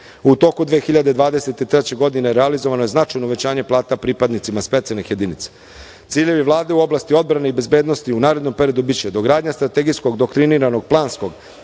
U toku 2023. godine realizovano je značajno uvećanje plata pripadnicima specijalnih jedinica. Ciljevi Vlade u oblasti odbrane i bezbednosti u narednom periodu biće dogradnja strategijskog doktriniranog planskog